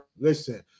Listen